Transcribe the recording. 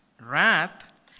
Wrath